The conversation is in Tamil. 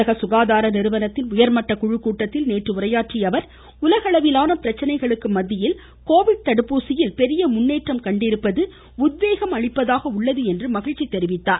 உலக சுகாதார நிறுவனத்தின் உயர்மட்டகுழு கூட்டத்தில் நேற்று உரையாற்றிய அவர் உலக அளவிலான பிரச்சனைகளுக்கு மத்தியில் கோவிட் தடுப்பூசியில் பெரிய முன்னேற்றம் கண்டிருப்பது உத்வேகம் அளிப்பதாக உள்ளது என்று கூறினார்